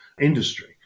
industry